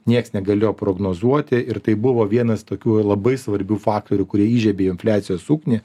nieks negalėjo prognozuoti ir tai buvo vienas tokių labai svarbių faktorių kurie įžiebė infliacijos ugnį